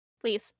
please